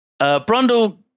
Brundle